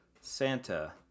santa